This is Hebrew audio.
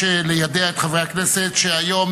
אדוני השר, חברותי וחברי חברי הכנסת, היום